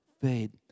fade